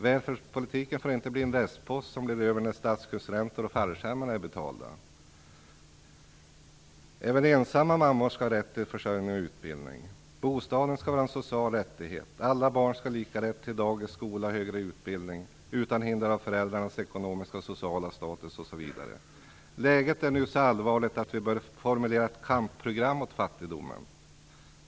Välfärdspolitiken får inte bli en restpost som blir över när statsskuldsräntor och fallskärmar är betalda. Även ensamma mammor skall ha rätt till försörjning och utbildning. Bostad skall vara en social rättighet. Alla barn skall ha lika rätt till dagis, skola och högre utbildning, utan att hindras av föräldrarnas ekonomiska och sociala status. Läget är nu så allvarligt att vi bör formulera ett kampprogram mot fattigdomen.